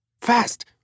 fast